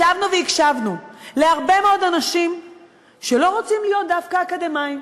ישבנו והקשבנו להרבה מאוד אנשים שלא רוצים להיות דווקא אקדמאים.